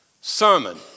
sermon